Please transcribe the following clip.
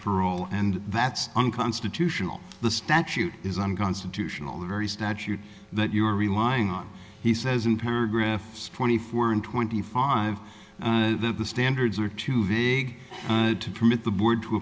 parole and that's unconstitutional the statute is unconstitutional the very statute that you are relying on he says in paragraphs twenty four and twenty five that the standards are too vague to permit the board to